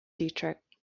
dietrich